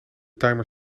timer